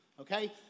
okay